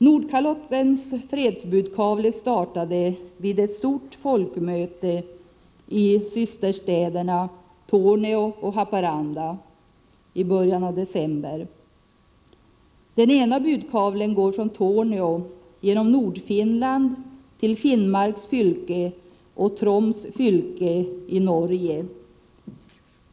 Nordkalottens fredsbudkavlar startade vid ett stort folkmöte i systerstäderna Torneå och Haparanda i början av december. Den ena budkavlen går från Torneå, genom Nordfinland till Finnmarks fylke och Troms fylke i Norge.